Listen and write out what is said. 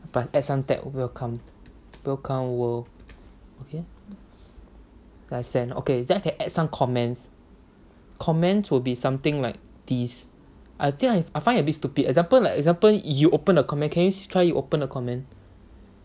but add some tag welcome welcome world okay then I send okay then I can add some comments comments will be something like this I think I I find it a bit stupid example like example you open a comment can you see can you try you open a comment